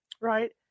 Right